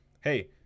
hey